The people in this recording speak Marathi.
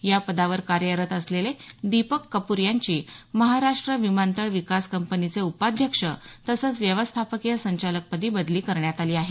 या पदावर कार्यरत असलेले दीपक कपूर यांची महाराष्ट्र विमानतळ विकास कंपनीचे उपाध्यक्ष तसंच व्यवस्थापकीय संचालकपदी बदली करण्यात आली आहे